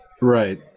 Right